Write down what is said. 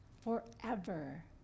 forever